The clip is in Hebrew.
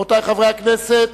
רבותי חברי הכנסת,